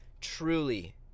truly